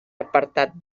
apartat